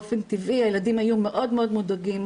באופן טבעי הילדים היו מאוד מודאגים,